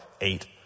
eight